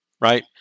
right